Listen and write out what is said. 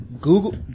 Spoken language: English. Google